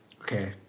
Okay